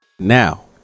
Now